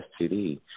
STD